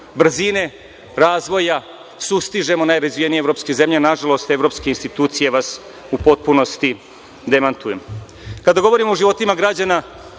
brzine razvoja sustižemo najrazvijenije evropske zemlje, ali nažalost evropske institucije vas u potpunosti demantuju. Kada govorimo o životima građana,